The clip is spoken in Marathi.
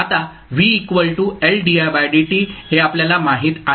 आता हे आपल्याला माहित आहे